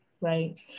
right